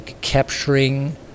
capturing